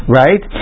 right